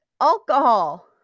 alcohol